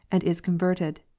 and is converted,